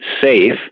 safe